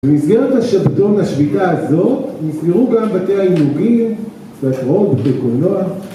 במסגרת השבתון השביתה הזאת נסגרו גם בתי האירועים, תיאטרון וקולנוע